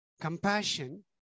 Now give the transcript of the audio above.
compassion